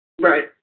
Right